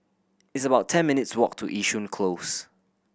it's about ten minutes' walk to Yishun Close